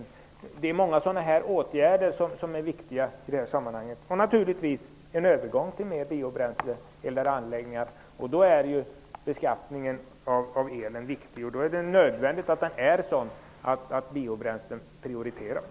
Det finns många liknande åtgärder som är viktiga i sammanhanget. När det handlar om en övergång till biobränslen och biobränsleanläggningar är beskattningen av el viktig. Den bör vara sådan att biobränslen prioriteras.